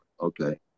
okay